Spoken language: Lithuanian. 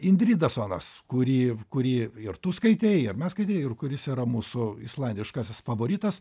indridasonas kurį kurį ir tu skaitei ar mes skaitei ir kuris yra mūsų islandiškasis favoritas